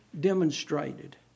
demonstrated